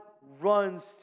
runs